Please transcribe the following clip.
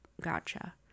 gotcha